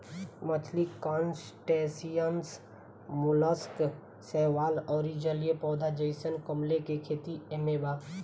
मछली crustaceans mollusc शैवाल अउर जलीय पौधा जइसे कमल के खेती एमे बा